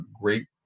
great